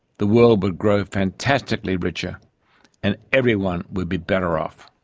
the world would grow fantastically richer and everyone would be better off.